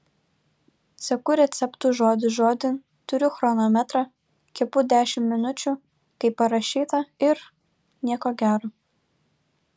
seku receptu žodis žodin turiu chronometrą kepu dešimt minučių kaip parašyta ir nieko gero